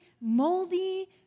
moldy